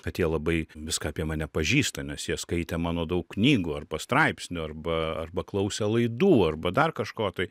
kad jie labai viską apie mane pažįsta nes jie skaitė mano daug knygų arba straipsnių arba arba klausė laidų arba dar kažko tai